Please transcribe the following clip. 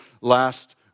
last